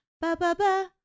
Ba-ba-ba